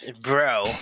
Bro